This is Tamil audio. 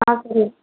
ஆ சரி